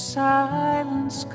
silence